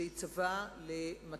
לצבוע אותו, שייצבע למטרה